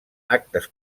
actes